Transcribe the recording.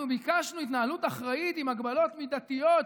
אנחנו ביקשנו התנהלות אחראית עם הגבלות מידתיות,